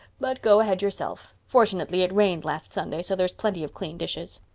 but go ahead yourself. fortunately it rained last sunday, so there's plenty of clean dishes.